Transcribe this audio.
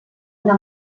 una